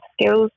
skills